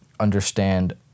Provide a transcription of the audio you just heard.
understand